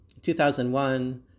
2001